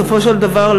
בסופו של דבר,